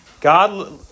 God